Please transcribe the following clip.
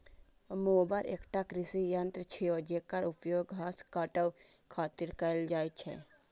mower एकटा कृषि यंत्र छियै, जेकर उपयोग घास काटै खातिर कैल जाइ छै